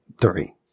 three